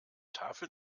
tafel